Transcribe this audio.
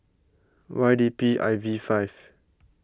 Y D P I V five